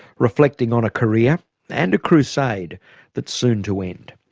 reflecting on a career and a crusade that's soon to end.